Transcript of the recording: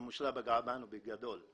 הממשלה פגעה בנו בגדול.